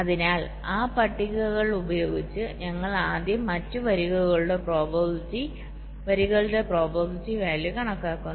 അതിനാൽ ആ പട്ടികകൾ ഉപയോഗിച്ച് ഞങ്ങൾ ആദ്യം മറ്റ് വരികളുടെ പ്രോബബിലിറ്റി വാല്യൂ കണക്കാക്കുന്നു